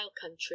country